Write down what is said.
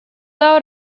out